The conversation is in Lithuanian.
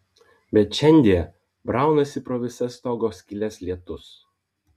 bet šiandie braunasi pro visas stogo skyles lietus